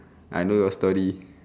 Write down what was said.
I know your story